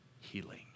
healing